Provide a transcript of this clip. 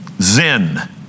zen